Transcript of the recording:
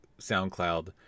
soundcloud